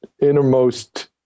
innermost